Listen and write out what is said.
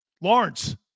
Lawrence